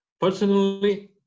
Personally